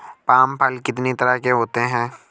Palm फल कितनी तरह के होते हैं?